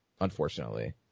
unfortunately